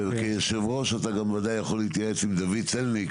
כיושב-ראש אתה בוודאי יכול להתייעץ עם דוד צלניק,